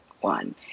one